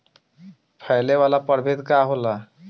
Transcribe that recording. फैले वाला प्रभेद का होला?